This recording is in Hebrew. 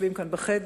מהיושבים כאן בחדר,